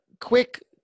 quick